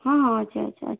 ହଁ ହଁ ଅଛେ ଅଛେ ଅଛେ